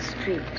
street